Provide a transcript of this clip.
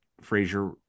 Frazier